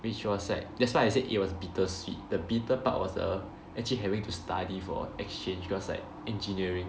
which was at that's why I said it was bittersweet the bitter part was the actually having to study for exchange because like engineering